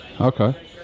Okay